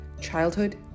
childhood